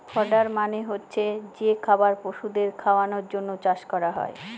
fodder মানে হচ্ছে যে খাবার পশুদের খাওয়ানোর জন্য চাষ করা হয়